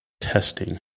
testing